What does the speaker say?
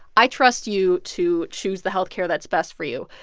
i trust you to choose the health care that's best for you.